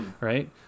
right